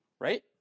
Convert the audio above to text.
Right